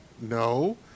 No